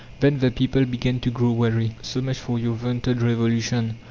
then the people began to grow weary. so much for your vaunted revolution!